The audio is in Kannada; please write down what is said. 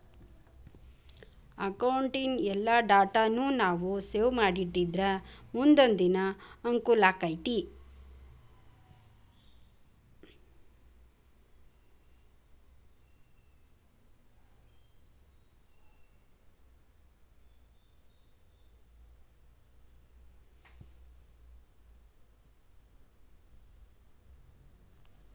ಅಕೌಟಿನ್ ಎಲ್ಲಾ ಡಾಟಾನೂ ನಾವು ಸೇವ್ ಮಾಡಿಟ್ಟಿದ್ರ ಮುನ್ದೊಂದಿನಾ ಅಂಕೂಲಾಕ್ಕೆತಿ